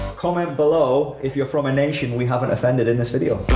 comment below, if you're from a nation, we haven't offended in this video.